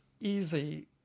easy